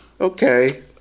Okay